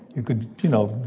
you could, you know,